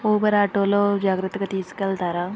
Uber ఆటోలో జాగ్రత్తగా తీసుకు వెళ్తారా